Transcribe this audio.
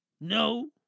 No